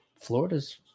Florida's